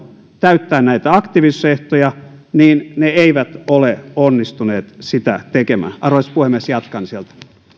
täyttää näitä aktiivisuusehtoja mutta eivät ole onnistuneet sitä tekemään arvoisa puhemies jatkan sieltä arvoisa